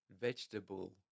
vegetable